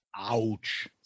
Ouch